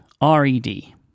R-E-D